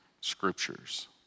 scriptures